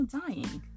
dying